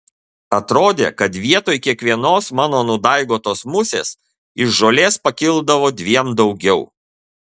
atrodė kad vietoj kiekvienos mano nudaigotos musės iš žolės pakildavo dviem daugiau